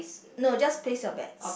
no just place your bets